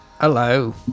hello